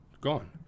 gone